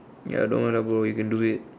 ya don't want lah bro you can do it